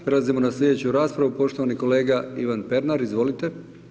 Prelazimo na slijedeću raspravu, poštovani kolega Ivan Pernar, izvolite.